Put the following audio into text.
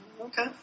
Okay